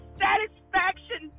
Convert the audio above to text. satisfaction